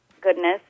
goodness